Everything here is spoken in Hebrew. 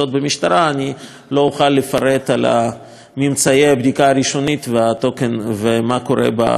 אני לא אוכל לפרט על ממצאי הבדיקה הראשונית ומה קורה בחקירה היום.